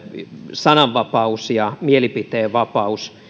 sananvapaus ja mielipiteenvapaus